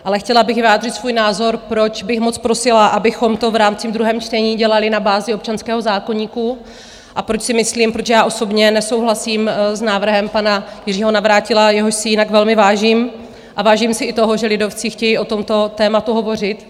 Ale chtěla bych vyjádřit svůj názor, proč bych moc prosila, abychom to v rámci druhého čtení dělali na bázi občanského zákoníku, a proč já osobně nesouhlasím s návrhem pana Jiřího Navrátila, jehož si jinak velmi vážím, a vážím si i toho, že lidovci chtějí o tomto tématu hovořit.